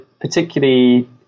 particularly